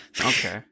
Okay